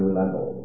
level